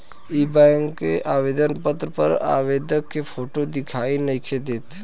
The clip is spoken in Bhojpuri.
इ बैक के आवेदन पत्र पर आवेदक के फोटो दिखाई नइखे देत